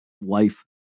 life